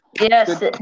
Yes